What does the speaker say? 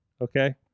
okay